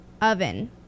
oven